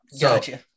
Gotcha